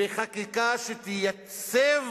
וחקיקה שתייצב